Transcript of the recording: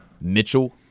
Mitchell